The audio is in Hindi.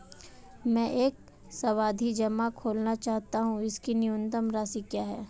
मैं एक सावधि जमा खोलना चाहता हूं इसकी न्यूनतम राशि क्या है?